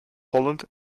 poland